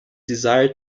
desired